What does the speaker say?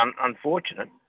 unfortunate